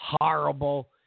horrible